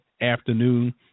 afternoon